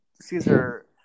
Caesar